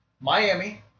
Miami